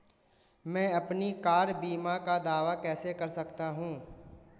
मैं अपनी कार बीमा का दावा कैसे कर सकता हूं?